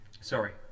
sorry